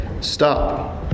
stop